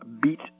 beat